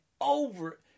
over